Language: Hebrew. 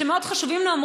שמאוד חשובים להם,